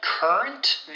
Current